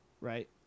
Right